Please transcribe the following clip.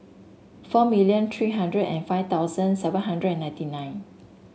four million three hundred and five thousand seven hundred ninety nine